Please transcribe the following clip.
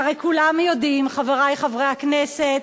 והרי כולם יודעים, חברי חברי הכנסת,